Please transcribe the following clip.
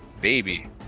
baby